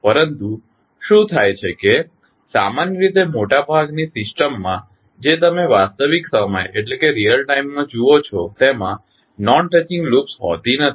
પરંતુ શું થાય છે કે સામાન્ય રીતે મોટાભાગની સિસ્ટમમાં જે તમે વાસ્તવિક સમય માં જુઓ છો તેમા નોન ટચિંગ લૂપ્સ હોતી નથી